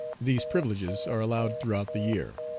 these privileges are allowed throughout the year.